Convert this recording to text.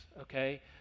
Okay